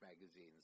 magazines